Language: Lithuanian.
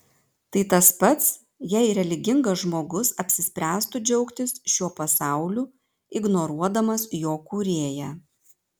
tai tas pats jei religingas žmogus apsispręstų džiaugtis šiuo pasauliu ignoruodamas jo kūrėją